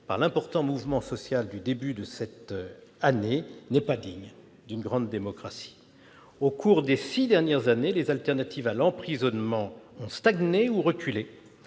par l'important mouvement social du début de cette année, n'est pas digne d'une grande démocratie. Au cours des six dernières années, le recours aux solutions alternatives à l'emprisonnement a stagné ou reculé,